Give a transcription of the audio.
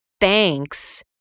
thanks